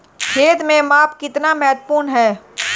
खेत में माप कितना महत्वपूर्ण है?